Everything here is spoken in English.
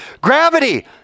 Gravity